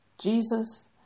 Jesus